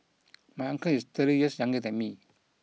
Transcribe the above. my uncle is thirty years younger than me